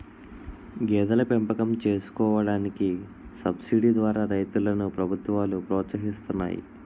గేదెల పెంపకం చేసుకోడానికి సబసిడీ ద్వారా రైతులను ప్రభుత్వాలు ప్రోత్సహిస్తున్నాయి